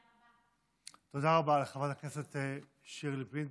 (אומרת בשפת הסימנים: תודה רבה.) תודה רבה לחברת הכנסת שירלי פינטו.